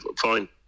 fine